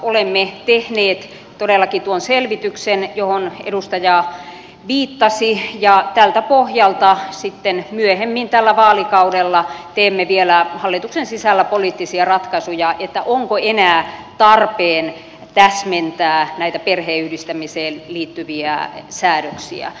olemme tehneet todellakin tuon selvityksen johon edustaja viittasi ja tältä pohjalta sitten myöhemmin tällä vaalikaudella teemme vielä hallituksen sisällä poliittisia ratkaisuja onko enää tarpeen täsmentää näitä perheenyhdistämiseen liittyviä säädöksiä